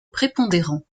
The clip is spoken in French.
prépondérant